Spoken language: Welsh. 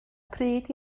pryd